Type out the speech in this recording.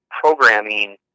programming